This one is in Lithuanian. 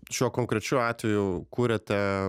šiuo konkrečiu atveju kuriate